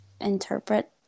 interpret